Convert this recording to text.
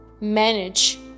manage